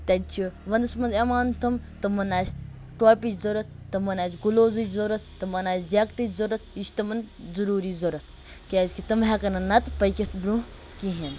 تَتہِ چھُ وَنٛدَس مَنٛز یِوان تِم تِمَن آسہِ ٹوپِچ ضوٚرَتھ تِمَن آسہِ گلوزٕچ ضوٚرَتھ تِمَن آسہِ جاکٹِچ ضوٚرَتھ یہِ چھُ تِمَن ضوٚروٗری ضوٚرَتھ کیازکہِ تِم ہیٚکَن نہٕ نَتہٕ پٔکِتھ برونٛہہ کِہیٖنۍ